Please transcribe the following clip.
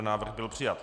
Návrh byl přijat.